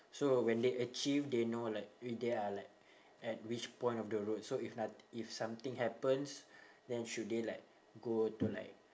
so when they achieve they know like if they are like at which point of the route so if not~ if something happens then should they like go to like